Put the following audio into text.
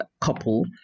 couple